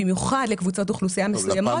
במיוחד לקבוצות אוכלוסייה מסוימות.